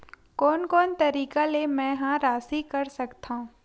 कोन कोन तरीका ले मै ह राशि कर सकथव?